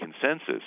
consensus